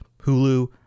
Hulu